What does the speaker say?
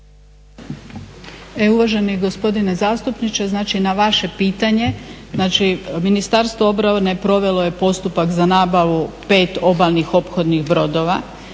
Uvaženi gospodine zastupniče, znači na vaše pitanje, znači Ministarstvo obrane provelo je postupak za nabavu 5 obalnih ophodnih brodova,